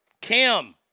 Kim